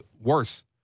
worse